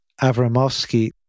Avramovsky